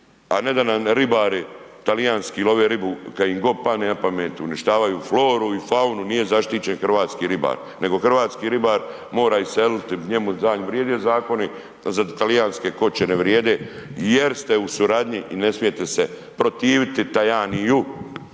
a ne da nam ribari talijanski love ribu kad im god pane napamet, uništavaju floru i faunu, nije zaštićen hrvatski ribar, nego hrvatski ribar mora iseliti, njemu za nji vrijede zakoni, a za talijanske koče ne vrijede jer ste u suradnji i ne smijete se protiviti Tajaniju,